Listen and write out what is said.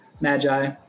magi